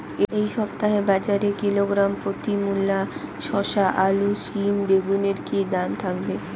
এই সপ্তাহে বাজারে কিলোগ্রাম প্রতি মূলা শসা আলু সিম বেগুনের কী দাম থাকবে?